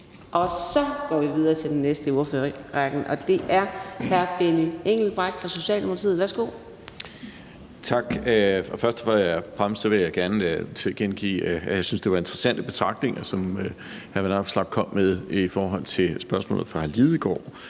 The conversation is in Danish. Så går vi videre til den næste i ordførerrækken, det er hr. Benny Engelbrecht fra Socialdemokratiet. Værsgo. Kl. 15:22 Benny Engelbrecht (S): Tak. Først og fremmest vil jeg gerne tilkendegive, at jeg synes, det var interessante betragtninger, som hr. Alex Vanopslagh kom med i forhold til spørgsmålet fra hr. Martin Lidegaard